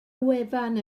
wefan